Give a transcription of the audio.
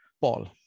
Paul